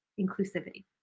inclusivity